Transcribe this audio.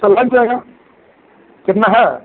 तो लग जाएगा कितना है